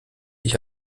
ich